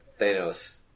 Thanos